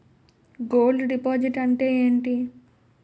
Gold deposit అంతే ఎంటి?